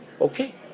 okay